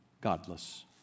godless